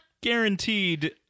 Guaranteed